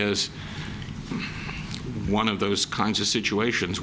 is one of those kinds of situations